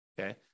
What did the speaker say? Okay